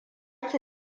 ki